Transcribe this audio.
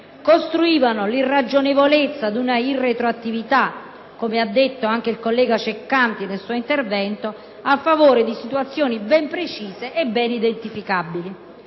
costruivano l'irragionevolezza di una irretroattività, come ha affermato il collega Ceccanti nel suo intervento, a favore di situazioni ben precise e ben identificabili.